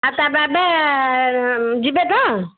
ତା ବାବା ଯିବେ ତ